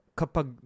kapag